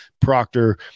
Proctor